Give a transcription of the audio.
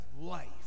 life